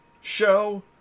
Show